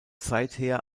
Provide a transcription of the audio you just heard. seither